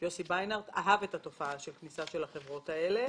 אהב את התופעה של הכניסה של החברות האלו.